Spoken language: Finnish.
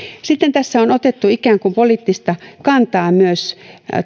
sitten tässä on otettu ikään kuin poliittista kantaa myös